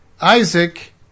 Isaac